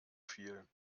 viel